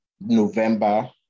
November